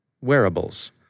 wearables